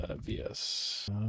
VS